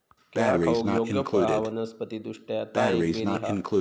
केळा खाऊक योग्य फळ हा वनस्पति दृष्ट्या ता एक बेरी हा